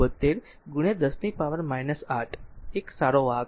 72 10 ની પાવર 8 એક સારો વાહક છે